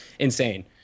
Insane